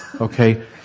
Okay